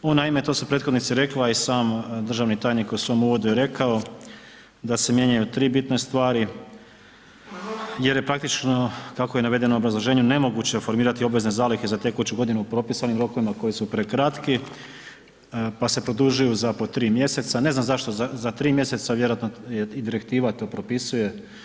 On naime, to su prethodnici rekli, a i sam državni tajnik u svom uvodu je rekao da se mijenjaju 3 bitne stvari jer je praktično kako je navedeno u obrazloženju nemoguće formirati obavezne zalihe za tekuću godinu u propisanim rokovima koji su prekratki, pa se produžuju za po 3 mjeseca, ne znam zašto za 3 mjeseca vjerojatno je i Direktiva to propisuje.